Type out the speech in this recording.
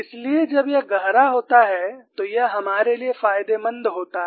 इसलिए जब यह गहरा होता है तो यह हमारे लिए फायदेमंद होता है